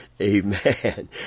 Amen